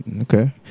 Okay